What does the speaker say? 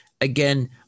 again